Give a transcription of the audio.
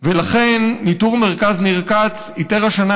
ולכן ניטור מרכז ניר כץ איתר השנה